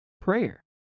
prayer